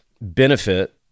benefit